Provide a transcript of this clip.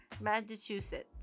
Massachusetts